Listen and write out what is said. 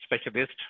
specialist